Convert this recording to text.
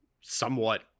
somewhat